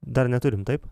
dar neturim taip